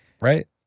right